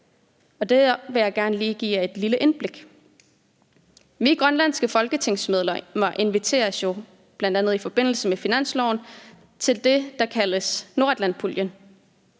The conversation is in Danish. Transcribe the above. og det vil jeg gerne lige give jer et lille indblik i. Vi grønlandske folketingsmedlemmer inviteres jo, bl.a. i forbindelse med finansloven, til forhandlinger om det, der kaldes nordatlantpuljen.